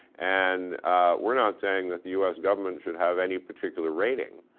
and we're not saying that the u s. government should have any particular rating.